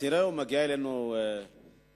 תראה, מגיעה אלינו ידיעה